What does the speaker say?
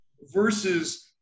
versus